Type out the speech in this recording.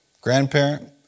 grandparent